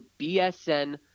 bsn